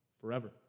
forever